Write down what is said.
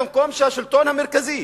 במקום שהשלטון המרכזי,